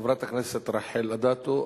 חברת הכנסת רחל אדטו,